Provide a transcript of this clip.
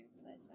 pleasure